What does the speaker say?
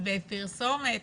בפרסומת?